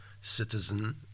citizen